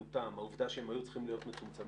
עלותם, העובדה שהם היו צריכים להיות מצומצמים,